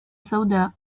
سوداء